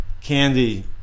candy